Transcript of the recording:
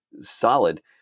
solid